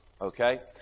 okay